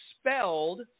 spelled